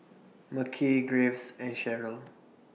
Mekhi Graves and Cherrelle